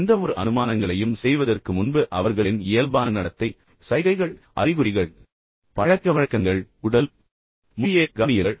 எந்தவொரு அனுமானங்களையும் செய்வதற்கு முன்பு அவர்களின் இயல்பான நடத்தை சைகைகள் அறிகுறிகள் அறிகுறிகள் பழக்கவழக்கங்கள் மற்றும் உடல் மொழியைக் கவனியுங்கள்